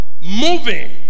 Moving